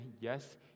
yes